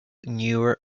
newer